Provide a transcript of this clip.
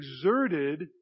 exerted